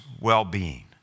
well-being